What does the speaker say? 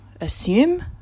assume